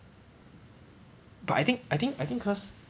but I think I think I think cause